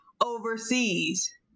overseas